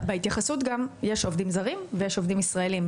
בהתייחסות יש עובדים זרים ויש עובדים ישראלים.